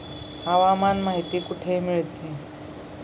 हवामान माहिती कुठे मिळते?